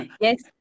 yes